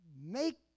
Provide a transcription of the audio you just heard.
Make